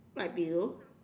write below